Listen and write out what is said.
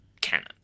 canon